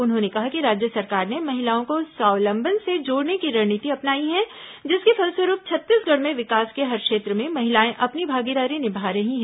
उन्होंने कहा कि राज्य सरकार ने महिलाओं को स्वावलंबन से जोड़ने की रणनीति अपनाई है जिसके फलस्वरूप छत्तीसगढ़ में विकास के हर क्षेत्र में महिलाएं अपनी भागीदारी निभा रही हैं